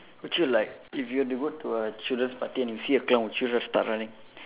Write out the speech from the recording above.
would you like if you had to go to a children's party and you see a clown children start running